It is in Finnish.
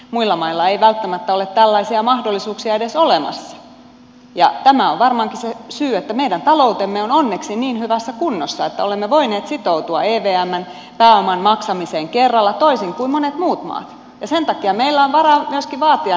muilla mailla ei välttämättä ole tällaisia mahdollisuuksia edes olemassa ja varmaankin se syy on tämä että meidän taloutemme on onneksi niin hyvässä kunnossa että olemme voineet sitoutua evmn pääoman maksamiseen kerralla toisin kuin monet muut maat ja sen takia meillä on varaa myöskin vaatia näitä vakuuksia